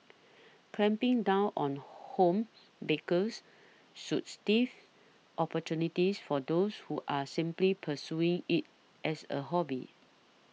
clamping down on home bakers should stifle opportunities for those who are simply pursuing it as a hobby